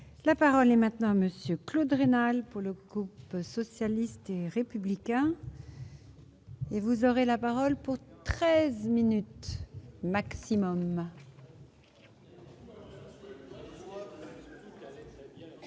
la parole est maintenant à monsieur Claude rénal pour le coup peu socialiste et républicain. Et vous aurez la parole pour 13 minutes maximum.